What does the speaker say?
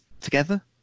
together